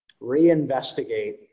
reinvestigate